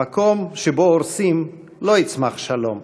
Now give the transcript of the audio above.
במקום שבו הורסים לא יצמח שלום,